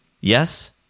Yes